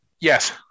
Yes